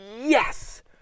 yes